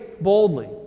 boldly